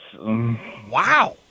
Wow